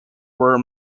were